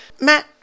Matt